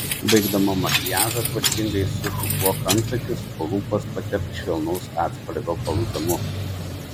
baigdama makiažą tvarkingai sušukuok antakius o lūpas patepk švelnaus atspalvio balzamu